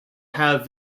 have